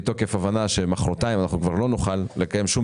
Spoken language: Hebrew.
מתוקף הבנה שמחרתיים אנחנו כבר לא נוכל לקיים שום